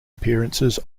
appearances